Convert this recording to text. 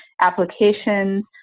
applications